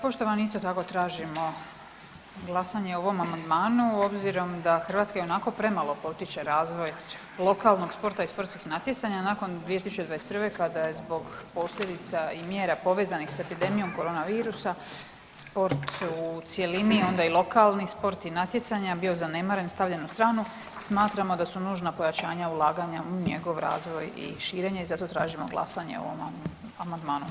Poštovani, isto tako tražimo glasanje o ovom amandmanu obzirom da Hrvatska ionako premalo potiče razvoj lokalnog sporta i sportskih natjecanja nakon 2021. kada je zbog posljedica i mjera povezanih s epidemijom korona virusa sport u cjelini onda i lokalni sport i natjecanja bio zanemaren, stavljen u stranu smatramo da su nužna pojačana ulaganja u njegov razvoj i širenje i zato tražimo glasanje o ovom amandmanu.